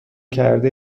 کرده